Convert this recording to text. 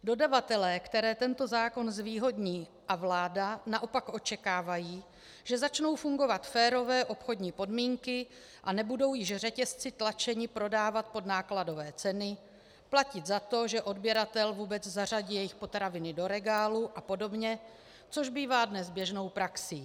Dodavatelé, které tento zákon zvýhodní, a vláda naopak očekávají, že začnou fungovat férové obchodní podmínky a nebudou již řetězci tlačeni prodávat pod nákladové ceny, platit za to, že odběratel vůbec zařadí jejich potraviny do regálu apod., což bývá dnes běžnou praxí.